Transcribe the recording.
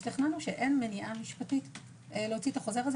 השתכנענו שאין מניעה משפטית להוציא את החוזר הזה.